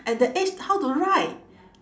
at that age how to write